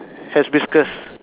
has whiskers